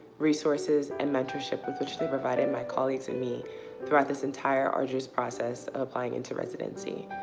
resources, and mentorship with which they provided my colleagues and me throughout this entire arduous process of applying into residency.